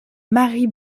marie